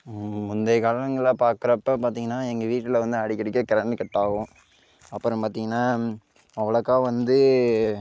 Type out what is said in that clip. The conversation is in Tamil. முந்தைய காலங்களில் பார்க்குறப்ப பார்த்திங்கன்னா எங்கள் வீட்டில் வந்து அடிக்கடிக்க கரண்ட் கட் ஆகும் அப்புறம் பார்த்திங்கன்னா அவ்வளக்கா வந்து